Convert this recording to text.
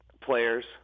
players